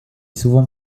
souvent